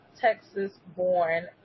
Texas-born